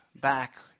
back